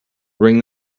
ring